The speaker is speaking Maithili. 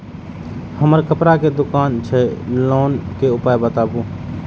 हमर कपड़ा के दुकान छै लोन के उपाय बताबू?